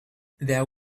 there